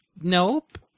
Nope